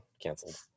canceled